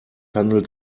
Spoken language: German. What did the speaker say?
handelt